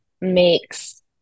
makes